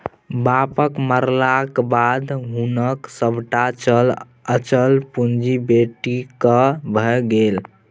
बापक मरलाक बाद हुनक सभटा चल अचल पुंजी बेटीक भए गेल